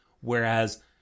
Whereas